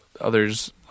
others